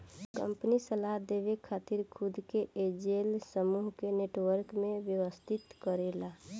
company सलाह देवे खातिर खुद के एंजेल समूह के नेटवर्क में व्यवस्थित करेला